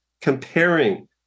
comparing